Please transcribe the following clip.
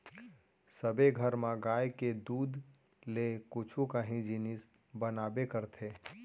सबे घर म गाय के दूद ले कुछु काही जिनिस बनाबे करथे